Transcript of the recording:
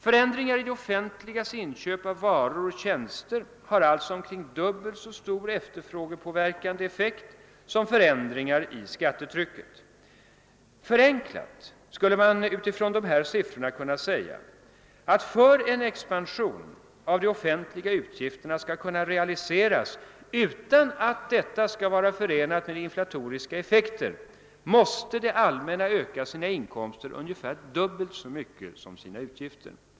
Förändringar i det offentligas inköp av varor och tjänster har alltså omkring dubbelt så stor efterfrågepåverkande effekt som förändringar i skattetrycket. Förenklat skulle man utifrån dessa. siffror kunna säga att för att en expansion av de offentliga utgifterna skall kunna realiseras, utan att detta skall vara förenat med inflatoriska effekter, måste det allmänna öka sina inkomster ungefär dubbelt så mycket som sina utgifter.